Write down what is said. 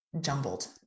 jumbled